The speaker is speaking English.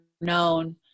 known